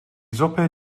suppe